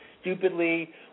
stupidly